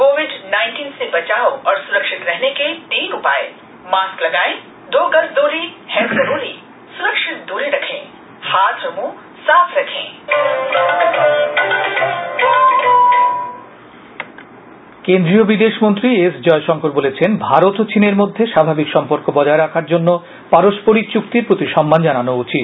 অয়শংকব কেন্দ্রীয় বিদেশমন্ত্রী এস জয়শংকর বলেছেন ভারত ও চিনের মধ্যে স্বাভাবিক সম্পর্ক বজায় রাখার জন্য পারস্পরিক চুক্তির প্রতি সম্মান জানানো উচিত